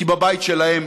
כי בבית שלהן